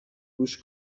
گوش